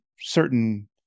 certain